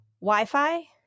Wi-Fi